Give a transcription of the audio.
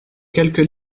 quelques